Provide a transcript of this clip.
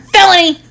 felony